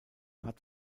hat